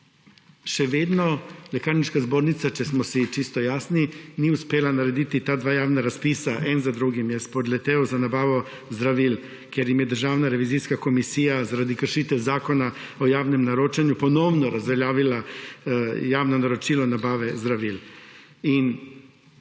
še vedno Lekarniška zbornica, če smo si čisto jasni, ni uspela narediti teh dveh javnih razpisov za nabavo zdravil, eden za drugim ji je spodletel, ker jim je Državna revizijska komisija zaradi kršitev Zakona o javnem naročanju ponovno razveljavila javno naročilo nabave zdravil.